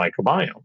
microbiome